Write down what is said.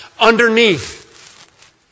underneath